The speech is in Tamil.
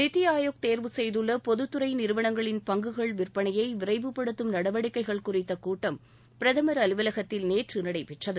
நித்தி ஆயோக் தேர்வு செய்துள்ள பொதுத்துறை நிறுவனங்களின் பங்குகள் விற்பனையை விரைவுபடுத்தும் நடவடிக்கைகள் குறித்த கூட்டம் பிரதமர் அலுவலகத்தில் நேற்று நடைபெற்றது